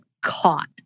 Caught